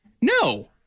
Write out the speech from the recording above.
No